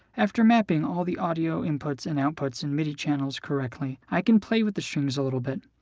after mapping all the audio inputs and outputs and midi channels correctly, i can play with the strings a little bit.